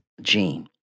Gene